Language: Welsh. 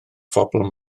phobl